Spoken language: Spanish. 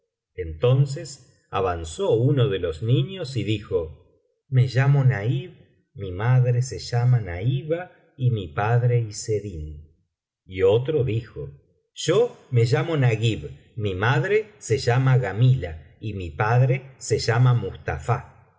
entonces avanzó uno de los niños y dijo me llamo nahib mi madre se llama nahiba y mi padre izeddin y otro dijo yo me llamo naguib f mi madre se llama gamila y mi padre se llama mustafá